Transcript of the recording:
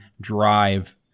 drive